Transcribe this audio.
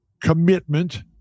commitment